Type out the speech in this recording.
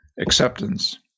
acceptance